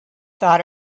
thought